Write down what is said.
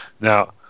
Now